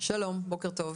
שלום ובוקר טוב.